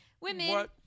Women